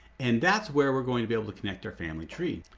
and that's where we're going to be able to connect our family tree.